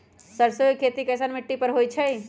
सरसों के खेती कैसन मिट्टी पर होई छाई?